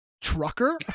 Trucker